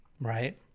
Right